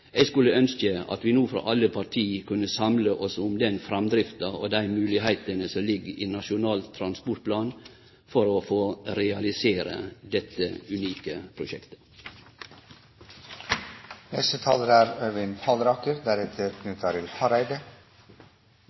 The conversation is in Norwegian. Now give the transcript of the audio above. Eg skulle ønskje at alle partia no kunne samle seg om den framdrifta og dei moglegheitene som ligg i Nasjonal transportplan for å få realisert dette unike prosjektet. Siden spørsmålet om kost–nytte-analyser er